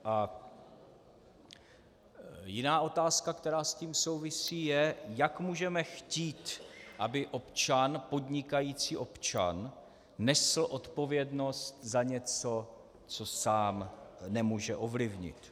A jiná otázka, která s tím souvisí, je, jak můžeme chtít, aby občan, podnikající občan, nesl odpovědnost za něco, co sám nemůže ovlivnit.